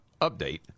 update